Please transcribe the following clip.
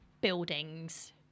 Buildings